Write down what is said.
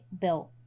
built